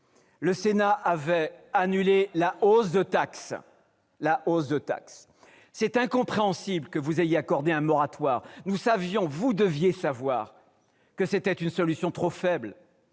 Le Sénat avait annulé la hausse de taxes. Il est incompréhensible que vous ayez accordé un moratoire. Nous savions et vous auriez dû savoir que c'était une solution trop faible